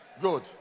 Good